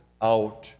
out